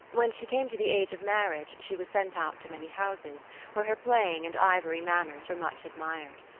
when she came to the age of marriage she was sent out to many houses where her playing and ivory manners were much admired.